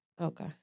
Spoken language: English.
Okay